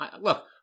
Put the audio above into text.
Look